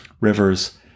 rivers